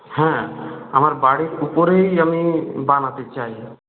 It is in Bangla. হ্যাঁ আমার বাড়ির উপরেই আমি বানাতে চাই